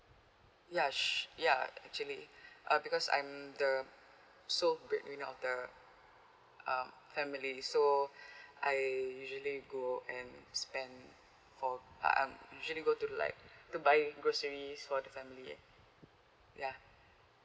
ya sh~ ya actually uh because I'm the sole breadwinner of the um family so I usually go and spend for uh um usually go to like to buy groceries for the family ya